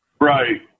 Right